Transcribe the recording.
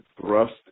thrust